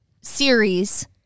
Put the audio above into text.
series